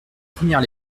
première